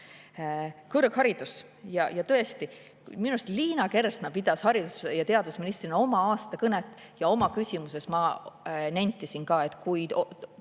Kõrgharidus. Tõesti, minu arust Liina Kersna pidas haridus‑ ja teadusministrina oma aastakõnet ja oma küsimuses ma nentisin, et kui